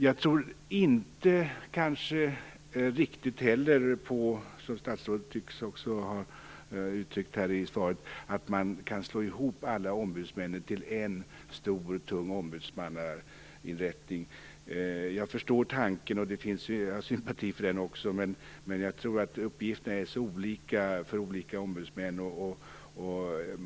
I likhet med vad statsrådet uttryckte i svaret tror inte riktigt jag heller på att man kan slå ihop alla ombudsmännen till en stor, tung ombudsmannainrättning. Jag förstår tanken och har sympati för den, men jag tror att uppgifterna är alltför olika för olika ombudsmän.